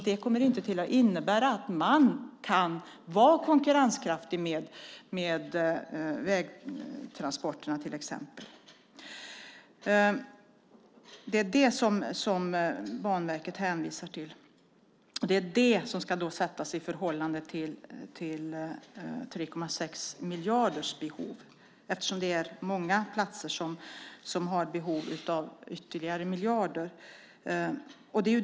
Det kommer inte att innebära att man kan vara konkurrenskraftig gentemot vägtransporterna till exempel. Det är detta som Banverket hänvisar till. Det ska sättas i förhållande till behovet på 3,6 miljarder. Det är många platser som har behov av ytterligare miljarder.